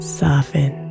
soften